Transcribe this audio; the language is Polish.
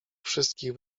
wszystkich